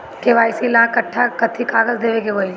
KYC ला कट्ठा कथी कागज देवे के होई?